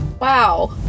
wow